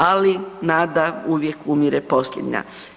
Ali nada uvijek umire posljednja.